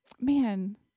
man